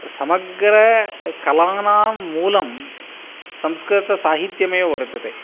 समग्रकलानां मूलं संस्कृतसाहित्यमेव वर्तते